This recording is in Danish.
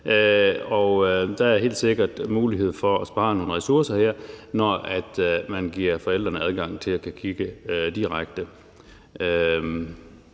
Der er helt sikkert mulighed for at spare nogle ressourcer her, når man giver forældrene adgang til at kunne kigge direkte.